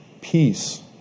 Peace